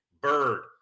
Bird